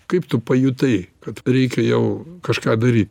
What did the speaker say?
kaip tu pajutai kad reikia jau kažką daryt